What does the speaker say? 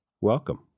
welcome